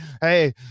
Hey